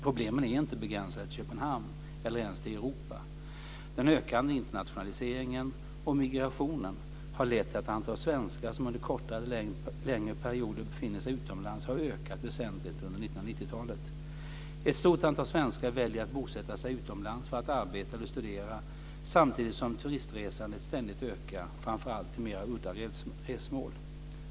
Problemen är inte begränsade till Köpenhamn, eller ens till Europa. Den ökande internationaliseringen och migrationen har lett till att antalet svenskar som under kortare eller längre perioder befinner sig utomlands har ökat väsentligt under 1990-talet. Ett stort antal svenskar väljer att bosätta sig utomlands för att arbeta eller studera, samtidigt som turistresandet ständigt ökar, framför allt till mer udda resmål.